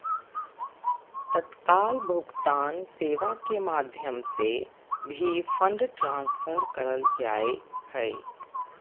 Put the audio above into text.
तत्काल भुगतान सेवा के माध्यम से भी फंड ट्रांसफर करल जा हय